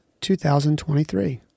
2023